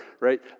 right